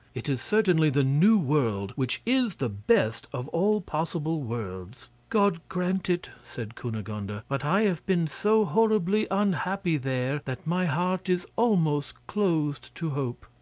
it is certainly the new world which is the best of all possible worlds. god grant it, said cunegonde ah but i have been so horribly unhappy there that my heart is almost closed to hope.